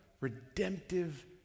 redemptive